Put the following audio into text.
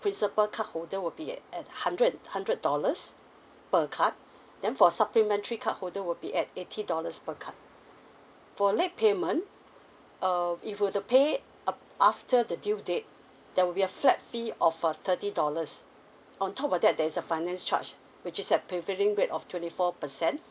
principal card holder will be at at hundred hundred dollars per card then for supplementary card holder will be at eighty dollars per card for late payment uh if you were to pay um after the due date there will be a flat fee of uh thirty dollars on top of that there's a finance charge which is at prevailing rate of twenty four percent